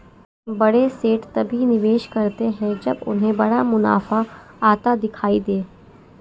बड़े सेठ तभी निवेश करते हैं जब उन्हें बड़ा मुनाफा आता दिखाई दे